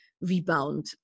rebound